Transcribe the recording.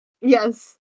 Yes